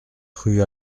rue